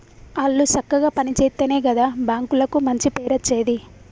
ఆళ్లు సక్కగ పని జేత్తెనే గదా బాంకులకు మంచి పేరచ్చేది